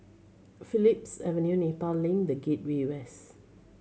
Phillips Avenue Nepal Link The Gateway West